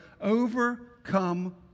overcome